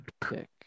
pick